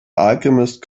alchemist